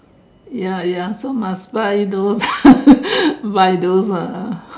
ya ya so must buy those buy those ah